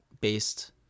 based